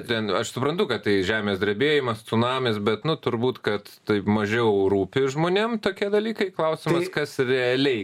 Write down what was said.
ten aš suprantu kad tai žemės drebėjimas cunamis bet nu turbūt kad tai mažiau rūpi žmonėm tokie dalykai klausimas kas realiai